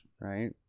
right